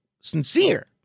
sincere